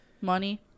money